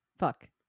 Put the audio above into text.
Fuck